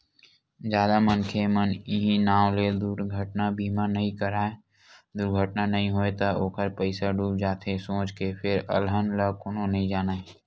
जादा मनखे मन इहीं नांव ले दुरघटना बीमा नइ कराय दुरघटना नइ होय त ओखर पइसा डूब जाथे सोच के फेर अलहन ल कोनो नइ जानय